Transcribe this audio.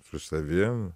su savim